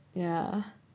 ya